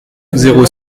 zéro